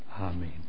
Amen